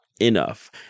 enough